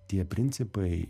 tie principai